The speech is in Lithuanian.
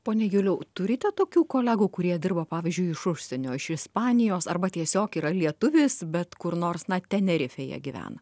pone juliau turite tokių kolegų kurie dirba pavyzdžiui iš užsienio iš ispanijos arba tiesiog yra lietuvis bet kur nors na tenerifėje gyvena